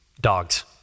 dogs